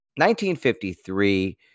1953